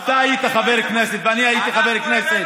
אתה היית חבר כנסת ואני הייתי חבר כנסת.